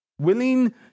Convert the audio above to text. willing